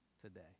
today